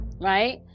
right